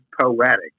poetic